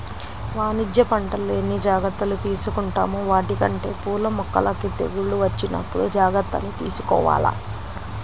వాణిజ్య పంటల్లో ఎన్ని జాగర్తలు తీసుకుంటామో వాటికంటే పూల మొక్కలకి తెగుళ్ళు వచ్చినప్పుడు జాగర్తలు తీసుకోవాల